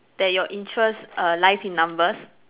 that your interest err lies in numbers